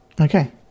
okay